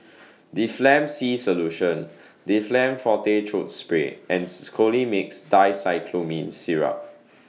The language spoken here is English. Difflam C Solution Difflam Forte Throat Spray and Colimix Dicyclomine Syrup